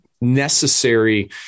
necessary